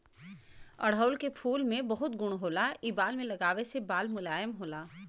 अढ़ऊल के फूल में बहुत गुण होला इ बाल में लगावे से बाल मुलायम होला